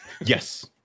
Yes